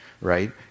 right